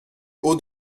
haut